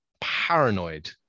paranoid